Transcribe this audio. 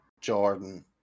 Jordan